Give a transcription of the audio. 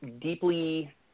deeply